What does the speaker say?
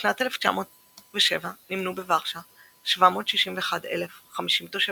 בשנת 1907 נמנו בוורשה 761,050 תושבים,